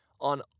On